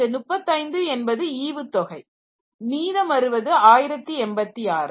இந்த 35 என்பது ஈவுத்தொகை மீதம் வருவது 1086